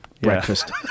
breakfast